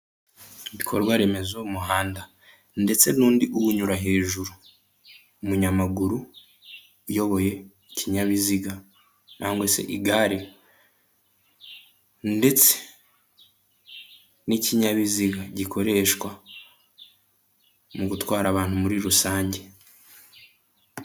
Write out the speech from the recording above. Ibikorwa remezo by'umuhanda ndetse n'undi uwunyura hejuru, umunyamaguru uyoboye ikinyabiziga cyangwa se igare ndetse n'ikinyabiziga gikoreshwa mu gutwara abantu muri rusange.